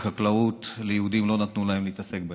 כי ליהודים לא נתנו להתעסק בחקלאות.